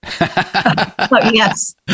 Yes